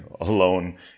alone